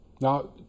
Now